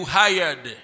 hired